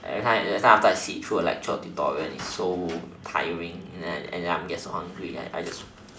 every every time after I sit through lecture or tutorial is so tiring and then I get so hungry I just